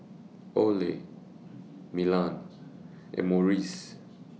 Olay Milan and Morries